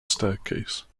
staircase